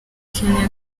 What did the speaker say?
kenya